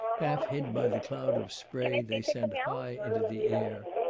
half hid by the cloud of spray they send high into the air.